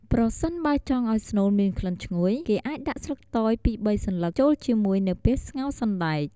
ប្រសិនបើចង់ឲ្យស្នូលមានក្លិនឈ្ងុយ គេអាចដាក់ស្លឹកតើយ ២-៣ សន្លឹកចូលជាមួយនៅពេលស្ងោរសណ្តែក។